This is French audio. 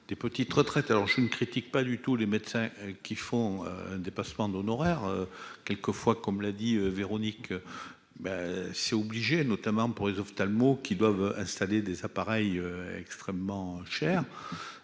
des petites retraites, alors je ne critique pas du tout les médecins qui font dépassement d'honoraires, quelques fois, comme l'a dit Véronique bah c'est obligé, notamment pour les ophtalmos qui doivent installer des appareils extrêmement cher